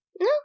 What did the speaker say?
No